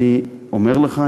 אני אומר לך,